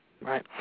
Right